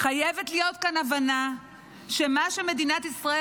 חייבת להיות כאן הבנה שמה שמדינת ישראל